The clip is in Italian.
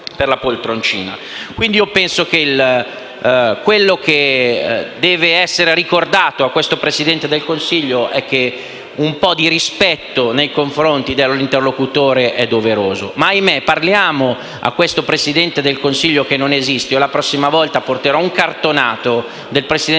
quindi che quello che deve essere ricordato a questo Presidente del Consiglio è che un po' di rispetto nei confronti dell'interlocutore è doveroso. Ma, ahimè, parliamo a questo Presidente del Consiglio che non esiste. La prossima volta porterò un cartonato del Presidente del Consiglio